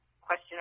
question